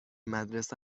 مدرسه